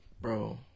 Bro